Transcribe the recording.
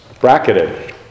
Bracketed